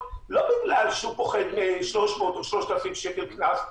לא בגלל שהוא מפחד מ-300 שקל או מ-3,000 שקל קנס,